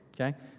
okay